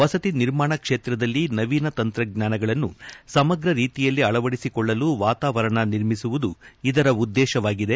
ವಸತಿ ನಿರ್ಮಾಣ ಕ್ಷೇತ್ರದಲ್ಲಿ ನವೀನ ತಂತ್ರಜ್ಞಾನಗಳನ್ನು ಸಮಗ್ರ ರೀತಿಯಲ್ಲಿ ಅಳವಡಿಸಿಕೊಳ್ಳಲು ವಾತಾವರಣ ನಿರ್ಮಿಸುವುದು ಇದರ ಉದ್ದೇಶವಾಗಿದೆ